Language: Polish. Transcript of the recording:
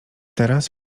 teraz